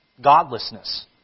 Godlessness